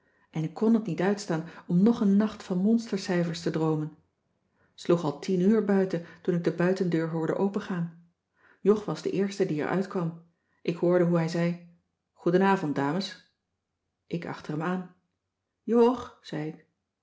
en ik kn het niet uitstaan om nog een nacht van monstercijfers te droomen t sloeg al tien uur buiten toen ik de buitendeur hoorde opengaan jog was de eerste die er uitkwam ik hoorde hoe hij zei goedenavond dames ik achter hem aan jg zei ik